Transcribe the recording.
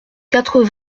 quatre